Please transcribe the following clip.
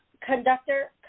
Conductor